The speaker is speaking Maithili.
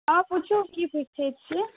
हँ पूछू की पुछै छी